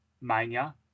Mania